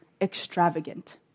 extravagant